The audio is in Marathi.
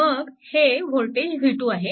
मग हे वोल्टेज v2 आहे